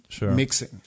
mixing